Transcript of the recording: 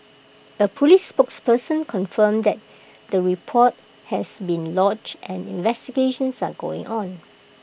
A Police spokesperson confirmed that the report has been lodged and investigations are ongoing on